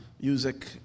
music